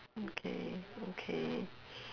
okay okay